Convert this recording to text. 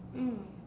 mm